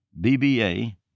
BBA